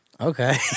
Okay